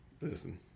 listen